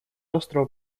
острова